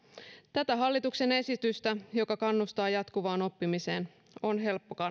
tätä hallituksen esitystä joka kannustaa jatkuvaan oppimiseen on